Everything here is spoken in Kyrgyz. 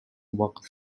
убакыт